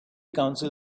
council